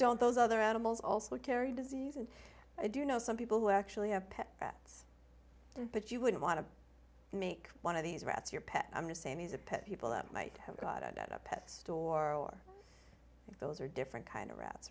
don't those other animals also carry disease and i do know some people who actually have pet rats but you wouldn't want to make one of these rats your pet i'm just saying he's a pet people that might have got it at a pet store those are different kind of rats